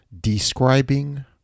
Describing